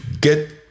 get